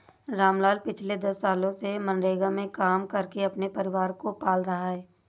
रामलाल पिछले दस सालों से मनरेगा में काम करके अपने परिवार को पाल रहा है